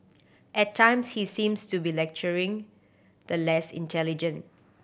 at times he seems to be lecturing the less intelligent